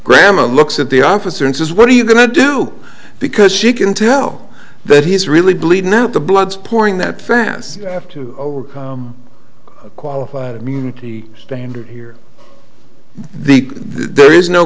gramma looks at the officer and says what are you going to do because she can tell that he's really believe not the bloods pouring that france have to overcome a qualified immunity standard here the there is no